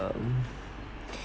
um